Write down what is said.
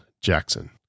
Jackson